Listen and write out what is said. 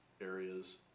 areas